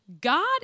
God